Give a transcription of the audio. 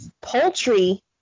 poultry